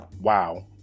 Wow